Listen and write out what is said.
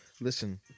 Listen